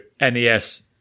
NES